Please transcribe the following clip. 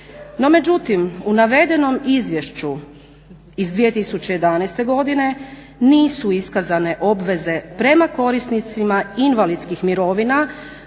No međutim, u navedenom Izvješću iz 2011. godine nisu iskazane obveze prema korisnicima invalidskih mirovina